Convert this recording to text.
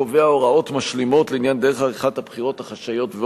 קובע הוראות משלימות לעניין דרך עריכת הבחירות החשאיות,